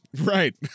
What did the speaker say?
Right